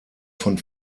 von